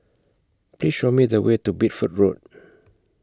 Please Show Me The Way to Bideford Road